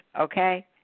okay